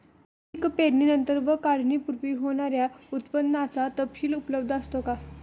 पीक पेरणीनंतर व काढणीपूर्वी होणाऱ्या उत्पादनाचा तपशील उपलब्ध असतो का?